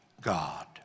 God